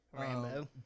Rambo